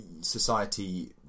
society